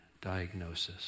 diagnosis